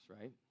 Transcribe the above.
right